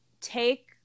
take